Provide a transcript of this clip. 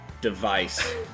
device